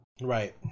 Right